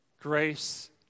grace